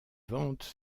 ventes